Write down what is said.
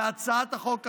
בהצעת החוק הזאת,